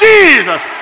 Jesus